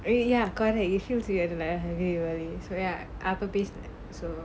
ya correct it feels weird lah don't worry so ya அப்போ பேசல:appo pesula so